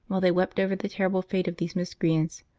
while they wept over the terrible fate of these miscreants,